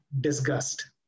disgust